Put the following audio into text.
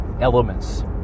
elements